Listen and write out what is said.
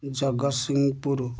Jagatsinghpur